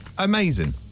Amazing